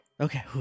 Okay